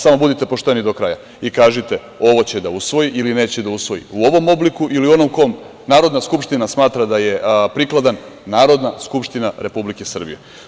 Samo budite pošteni do kraja i kažite – ovo će da usvoji ili neće da usvoji u ovom obliku ili onom u kom Narodna skupština smatra da je prikladan – Narodna skupština Republike Srbije.